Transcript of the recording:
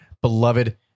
beloved